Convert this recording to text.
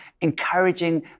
encouraging